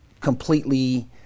completely